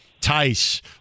Tice